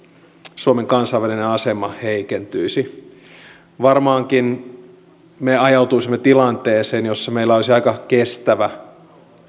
suomen kansainvälinen asema heikentyisi varmaankin me ajautuisimme tilanteeseen jossa meillä olisi aika kestävä